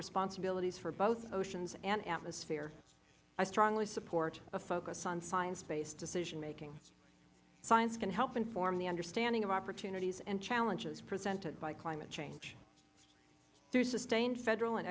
responsibilities for both oceans and atmosphere i strongly support a focus on science based decision making science can help inform the understanding of opportunities and challenges presented by climate change through sustained federal an